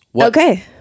okay